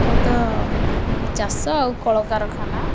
ମୁଖ୍ୟତଃ ଚାଷ ଆଉ କଳକାରଖାନା